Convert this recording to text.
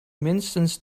minstens